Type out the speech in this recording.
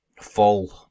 fall